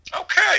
Okay